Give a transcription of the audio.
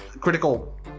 Critical